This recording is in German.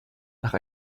nach